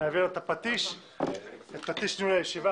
נעביר לה את פטיש ניהול הישיבה.